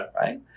Right